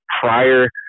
prior